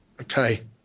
okay